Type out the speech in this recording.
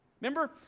Remember